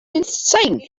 insane